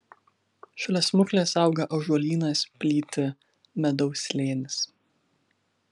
šalia smuklės auga ąžuolynas plyti medaus slėnis